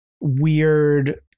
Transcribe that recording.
weird